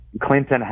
Clinton